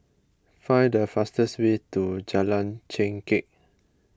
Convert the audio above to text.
find the fastest way to Jalan Chengkek